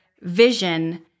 vision